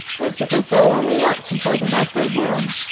lucifer fell only once, and twas enough for him.